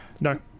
No